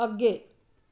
ਅੱਗੇ